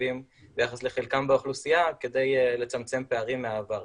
התקציבים ביחס לחלקם באוכלוסייה כדי לצמצם פערים בעבר.